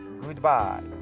Goodbye